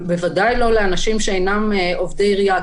בוודאי לא לאנשים שאינם עובדי עירייה,